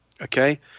Okay